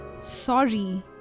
Sorry